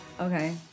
Okay